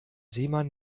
seemann